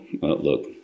look